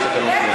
יש תקנון הכנסת.